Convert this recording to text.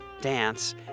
dance